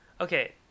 okay